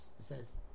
says